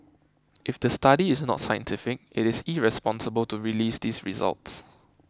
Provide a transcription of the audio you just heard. if the study is not scientific it is irresponsible to release these results